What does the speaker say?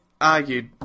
argued